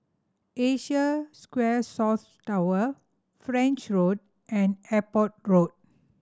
Asia Square South Tower French Road and Airport Road